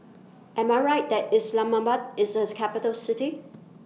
Am I Right that Islamabad IS A Capital City